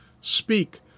Speak